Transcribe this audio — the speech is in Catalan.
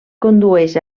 condueix